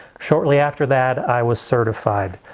shortly after that i was certified.